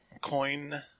coin